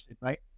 right